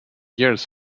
years